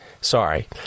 Sorry